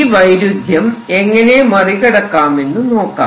ഈ വൈരുദ്ധ്യം എങ്ങനെ മറികടക്കാമെന്നു നോക്കാം